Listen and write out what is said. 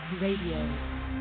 Radio